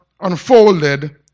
unfolded